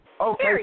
Okay